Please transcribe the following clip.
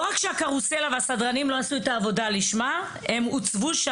לא רק שהקרוסלה והסדרנים לא עשו את העבודה לשמה הם הוצבו,